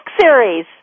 series